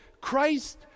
Christ